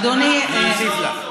אדוני, אני אוסיף לך.